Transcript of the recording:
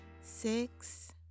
six